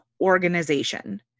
organization